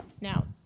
Now